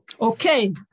Okay